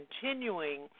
continuing